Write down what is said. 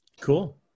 Cool